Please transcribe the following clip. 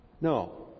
No